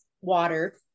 water